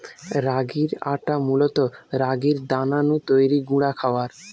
রাগির আটা মূলত রাগির দানা নু তৈরি গুঁড়া খাবার